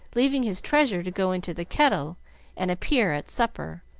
leaving his treasure to go into the kettle and appear at supper,